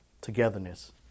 togetherness